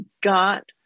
got